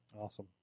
awesome